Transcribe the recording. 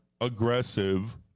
aggressive